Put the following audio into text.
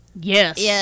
yes